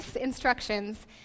instructions